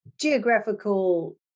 geographical